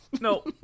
No